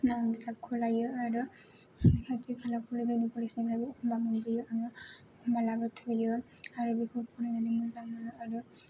आं लायो आरो कलेजनिफ्रायबो एखनबा मोनबोयो आङो एखनबा लाबोथ'यो आरो बेखौ फरायनानै मोजां मोनो आरो